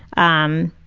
um,